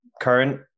current